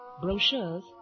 brochures